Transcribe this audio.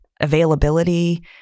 availability